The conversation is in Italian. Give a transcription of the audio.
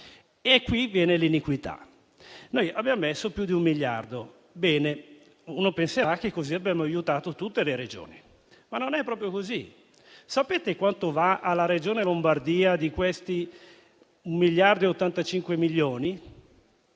Da qui l'iniquità. Abbiamo postato più di un miliardo: bene, si penserà che così abbiamo aiutato tutte le Regioni, ma non è proprio così. Sapete quanto va alla Regione Lombardia di questo un miliardo e 85 milioni?